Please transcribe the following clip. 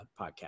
podcast